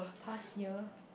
past year